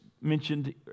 mentioned